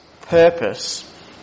purpose